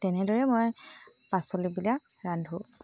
তেনেদৰেই মই পাচলিবিলাক ৰান্ধো